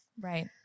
Right